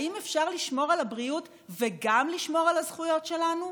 האם אפשר לשמור על הבריאות וגם לשמור על הזכויות שלנו?